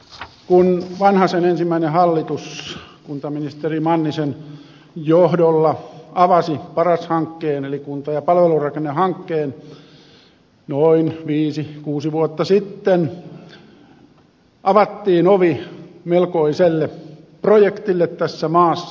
kun vanhasen ensimmäinen hallitus kuntaministeri mannisen johdolla avasi paras hankkeen eli kunta ja palvelurakennehankkeen noin viisi kuusi vuotta sitten avattiin ovi melkoiselle projektille tässä maassa